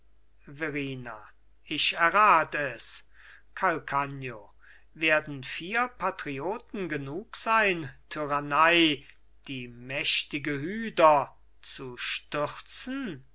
verrina ich errat es calcagno werden vier patrioten genug sein tyrannei die mächtige hyder zu stürzen